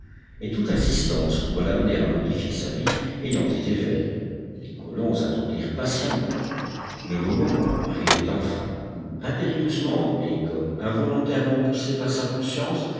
et toute insistance pour l'amener à modifier sa vie ayant été vaine les colons attendirent patiemment mais le moment arrivait enfin où impérieusement et comme involontairement poussé par sa conscience